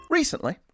Recently